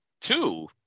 two